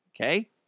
Okay